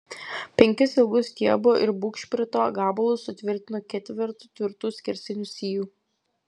penkis ilgus stiebo ir bugšprito gabalus sutvirtinu ketvertu tvirtų skersinių sijų